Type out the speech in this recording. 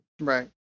Right